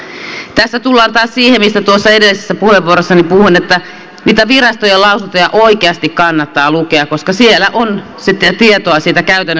tässä tullaan taas siihen mistä tuossa edellisessä puheenvuorossani puhuin että niitä virastojen lausuntoja oikeasti kannattaa lukea koska siellä on tietoa siitä käytännöstä mihin se johtaa